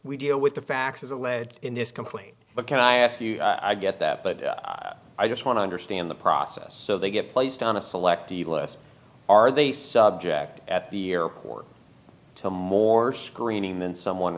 we deal with the facts as a lead in this complaint but can i ask you i get that but i just want to understand the process so they get placed on a selectee list are they subject at the airport to more screening than someone